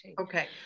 Okay